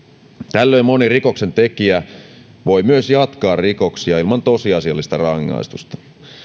tällöin moni rikoksentekijä voi myös jatkaa rikoksia ilman tosiasiallista rangaistusta